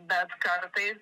bet kartais